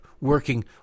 working